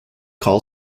call